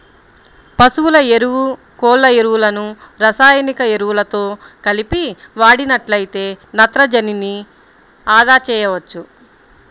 పశువుల ఎరువు, కోళ్ళ ఎరువులను రసాయనిక ఎరువులతో కలిపి వాడినట్లయితే నత్రజనిని అదా చేయవచ్చు